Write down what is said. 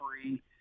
free